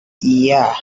yeah